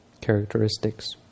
characteristics